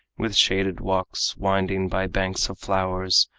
with shaded walks winding by banks of flowers,